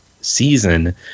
season